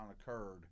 occurred